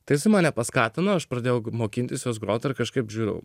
tai mane paskatino aš pradėjau mokintis juos groti ir kažkaip žiūriu